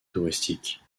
touristiques